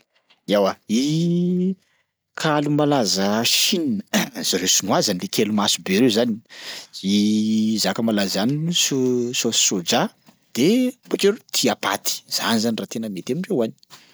Eoa kaly malaza Ã Chine zareo chinois zany le kely maso be reo zany zaka malaza any ny so- saosy soja de bakeo reo tia paty, zany zany raha tena mety amindreo any.